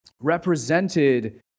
represented